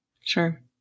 Sure